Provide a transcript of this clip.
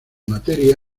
materia